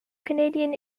canadian